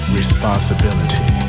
responsibility